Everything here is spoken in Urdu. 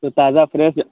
تو تازہ فریش